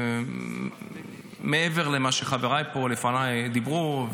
מעבר למה שחבריי לפניי דיברו,